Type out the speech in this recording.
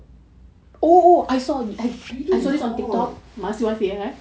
biden is hot